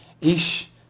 ich